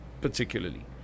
particularly